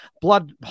blood